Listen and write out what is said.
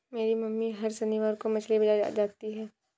मेरी मम्मी हर शनिवार को मछली बाजार जाती है